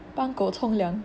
帮狗冲凉